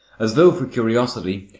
as though for curiosity,